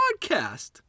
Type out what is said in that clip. podcast